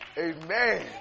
Amen